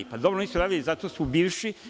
Pa, dobro nisu ništa uradili, zato su bivši.